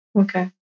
Okay